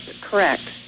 Correct